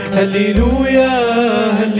hallelujah